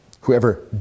Whoever